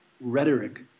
rhetoric